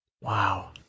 Wow